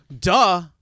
duh